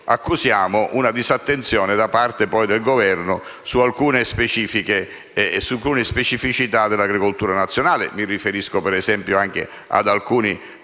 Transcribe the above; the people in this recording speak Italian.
accusiamo una disattenzione del Governo su alcune specificità dell'agricoltura nazionale. Mi riferisco - ad esempio - ad alcuni